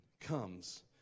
comes